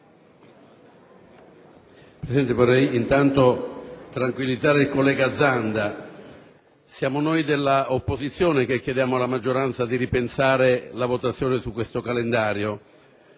Presidente, intanto vorrei tranquillizzare il collega Zanda: siamo noi dell'opposizione che chiediamo alla maggioranza di ripensare la votazione sul calendario